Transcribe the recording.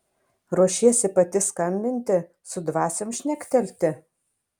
ruošiesi pati skambinti su dvasiom šnektelti